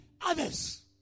others